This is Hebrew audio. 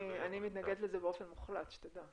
אני מתנגדת לזה באופן מוחלט, שתדע.